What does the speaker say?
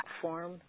platform